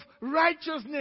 righteousness